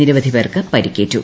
നിരവധി പേർക്കു പരിക്കേറ്റു